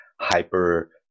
hyper